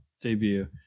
debut